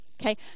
Okay